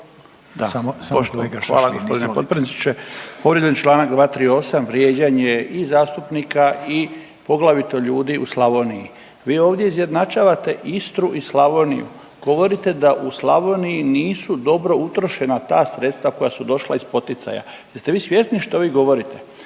(HDZ)** Hvala g. potpredsjedniče. Povrijeđen je čl. 238. vrijeđanje i zastupnika i poglavito ljudi u Slavoniji. Vi ovdje izjednačavate Istru i Slavoniju, govorite da u Slavoniji nisu dobro utrošena ta sredstava koja su došla iz poticaja. Jeste vi svjesni što vi govorite?